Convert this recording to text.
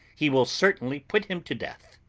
he will certainly put him to death.